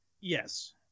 Yes